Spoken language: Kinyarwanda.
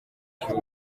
kandi